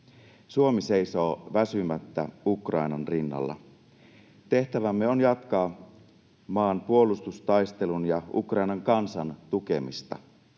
Suomi seisoo väsymättä Ukrainan rinnalla. Tehtävämme on jatkaa maan puolustustaistelun ja Ukrainan kansan tukemista.